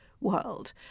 world